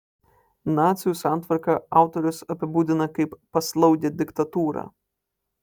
nacių santvarką autorius apibūdina kaip paslaugią diktatūrą